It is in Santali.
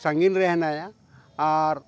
ᱥᱟᱺᱜᱤᱧ ᱨᱮ ᱦᱮᱱᱟᱭᱟ ᱟᱨ